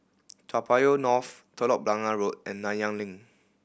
Toa Payoh North Telok Blangah Road and Nanyang Link